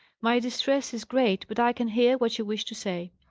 my distress is great, but i can hear what you wish to say.